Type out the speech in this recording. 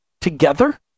together